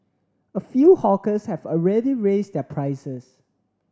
a few hawkers have already raised their prices